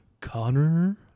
Connor